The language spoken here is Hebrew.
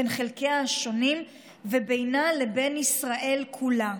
בין חלקיה השונים ובינה לבין ישראל כולה.